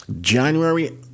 January